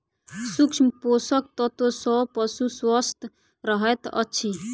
सूक्ष्म पोषक तत्व सॅ पशु स्वस्थ रहैत अछि